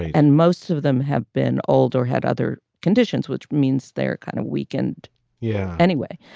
and most of them have been old or had other conditions, which means they're kind of weakened yeah anyway.